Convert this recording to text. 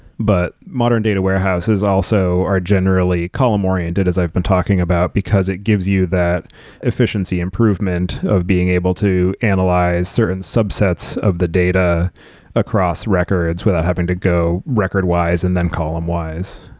but modern data warehouses also are generally column-oriented, as i've been talking about, because it gives you that efficiency improvement of being able to analyze certain subsets of the data across records without having to go record-wise and then column-wise.